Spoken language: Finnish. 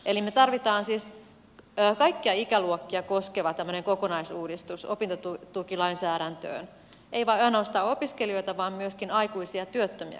eli me tarvitsemme siis tämmöisen kaikkia ikäluokkia koskevan kokonaisuudistuksen opintotukilainsäädäntöön emme ainoastaan opiskelijoita vaan myöskin aikuisia työttömiä koskevan